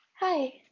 Hi